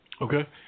Okay